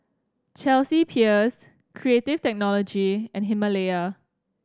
Chelsea Peers Creative Technology and Himalaya